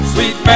Sweet